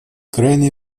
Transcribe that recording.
крайне